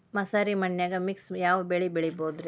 ಮಸಾರಿ ಮಣ್ಣನ್ಯಾಗ ಮಿಕ್ಸ್ ಯಾವ ಬೆಳಿ ಬೆಳಿಬೊದ್ರೇ?